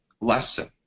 lesson